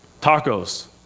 tacos